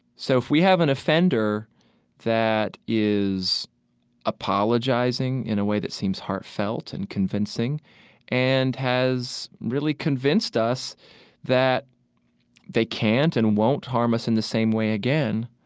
so if we have an offender that is apologizing in a way that seems heartfelt and convincing and has really convinced us that they can't and won't harm us in the same way again,